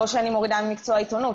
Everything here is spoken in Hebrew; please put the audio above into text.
לא שאני מורידה ממקצוע העיתונות,